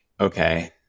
okay